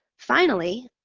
finally,